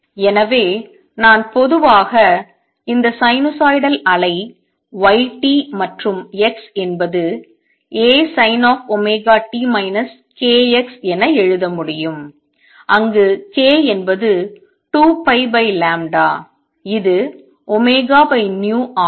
எனவே நான் பொதுவாக இந்த சைனூசாய்டல் அலை y t மற்றும் x என்பது ASinωt kx என எழுத முடியும் அங்கு k என்பது 2πλ இது v ஆகும்